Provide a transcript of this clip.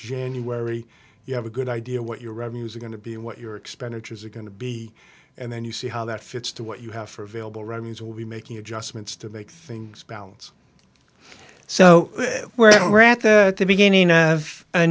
january you have a good idea what your revenues are going to be and what your expenditures are going to be and then you see how that fits to what you have for available remy's will be making adjustments to make things balance so we're at the beginning